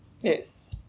Yes